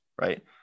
right